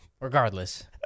Regardless